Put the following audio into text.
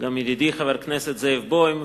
גם ידידי חבר הכנסת זאב בוים,